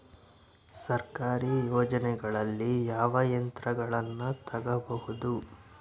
ಸರ್ಕಾರಿ ಯೋಜನೆಗಳಲ್ಲಿ ಯಾವ ಯಂತ್ರಗಳನ್ನ ತಗಬಹುದು?